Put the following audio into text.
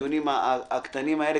הדיונים הקטנים האלה,